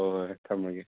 ꯍꯣꯏ ꯍꯣꯏ ꯊꯝꯃꯒꯦ